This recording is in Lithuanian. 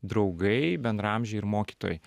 draugai bendraamžiai ir mokytojai